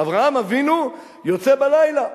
אברהם אבינו יוצא בלילה,